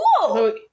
Cool